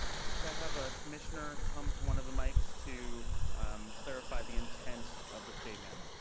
could i have a commissioner come to one of the mics to clarify the intent of the statement?